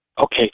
Okay